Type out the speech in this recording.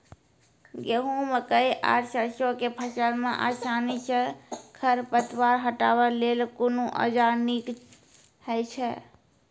गेहूँ, मकई आर सरसो के फसल मे आसानी सॅ खर पतवार हटावै लेल कून औजार नीक है छै?